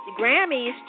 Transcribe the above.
Grammys